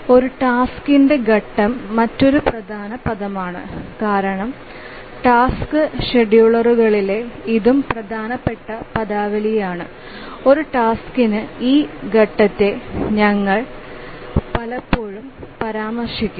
ഒരു ടാസ്ക്കിന്റെ ഘട്ടം മറ്റൊരു പ്രധാന പദമാണ് കാരണം ടാസ്ക് ഷെഡ്യൂളറുകളിലെ ഇതും പ്രധാനപ്പെട്ട പദാവലിയാണ് ഒരു ടാസ്ക്കിന്റെ ഈ ഘട്ടത്തെ ഞങ്ങൾ പലപ്പോഴും പരാമർശിക്കും